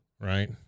Right